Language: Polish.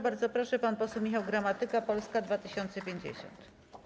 Bardzo proszę, pan poseł Michał Gramatyka, Polska 2050.